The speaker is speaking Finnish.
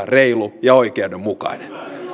reilu ja oikeudenmukainen